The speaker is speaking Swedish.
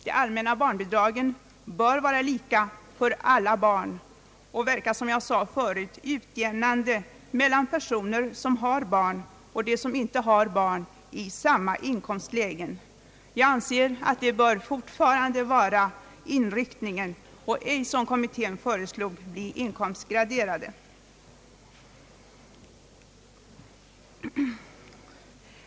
De allmänna barnbidragen bör vara lika för alla barn och, som jag sade förut, verka utjämnande mellan personer som har barn och dem som inte har barn i samma inkomstläge. Jag anser att detta fortfarande bör vara inriktningen i fråga om barnbidragen och att dessa inte som kommittén föreslog skall bli inkomstgraderade.